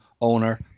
owner